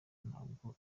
ntabwo